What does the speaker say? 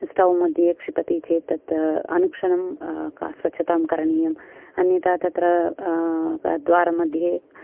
stove मध्ये क्षिपति चेत् तत् अनुक्षणं स्वच्छतां करणीयं अन्यथा तत्र द्वारमध्ये